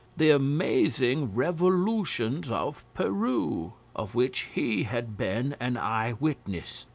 the amazing revolutions of peru, of which he had been an eyewitness.